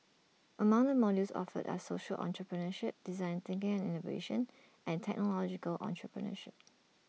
among the modules offered are social entrepreneurship design thinking and innovation and technological entrepreneurship